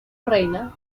reina